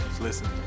Listen